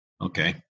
Okay